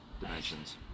dimensions